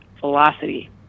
velocity